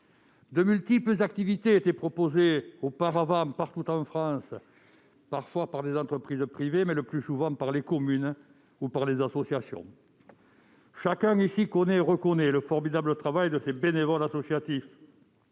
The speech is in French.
De multiples activités étaient auparavant proposées partout en France, parfois par des entreprises privées, mais le plus souvent par les communes ou par des associations. Chacun ici connaît et reconnaît le formidable travail de ces bénévoles associatifs,